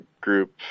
group